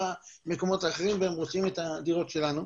המקומות האחרים והם רוצים את הדירות שלנו.